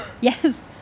yes